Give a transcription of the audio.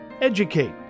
educate